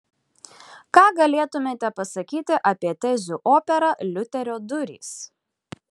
ką galėtumėte pasakyti apie tezių operą liuterio durys